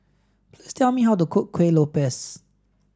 please tell me how to cook Kueh lopes